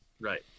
Right